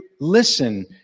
listen